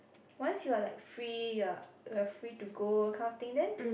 once you are like free you're you are free to go kind of thing then